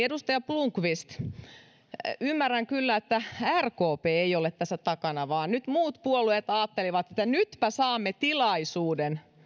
edustaja blomqvist että rkp ei ole tässä takana vaan muut puolueet ajattelivat että nytpä saamme tilaisuuden